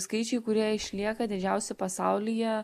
skaičiai kurie išlieka didžiausi pasaulyje